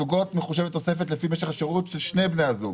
מחושבת תוספת לפי משך השירות של שני בני הזוג.